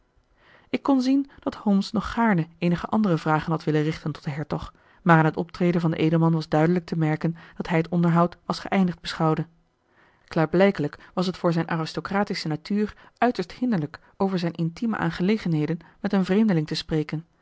ik kon zien dat holmes nog gaarne eenige andere vragen had willen richten tot den hertog maar aan het optreden van den edelman was duidelijk te merken dat hij het onderhoud als geëindigd beschouwde klaarblijkelijk was het voor zijn aristocratische natuur uiterst hinderlijk over zijn intieme aangelegenheden met een vreemdeling te spreken